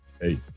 Hey